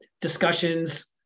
discussions